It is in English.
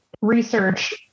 research